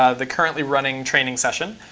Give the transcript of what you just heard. ah the currently running training session.